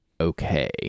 okay